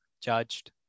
judged